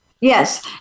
Yes